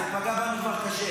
זה כבר פגע בנו קשה.